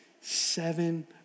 seven